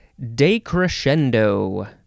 Decrescendo